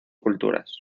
culturas